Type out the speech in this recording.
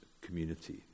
community